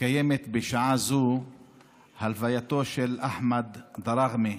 מתקיימת הלווייתו של אחמד דראכמה,